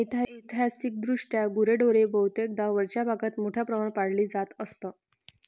ऐतिहासिकदृष्ट्या गुरेढोरे बहुतेकदा वरच्या भागात मोठ्या प्रमाणावर पाळली जात असत